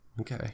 okay